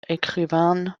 écrivaine